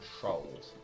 controlled